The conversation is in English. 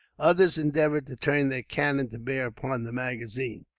others endeavoured to turn their cannon to bear upon the magazine.